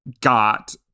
got